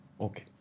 Okay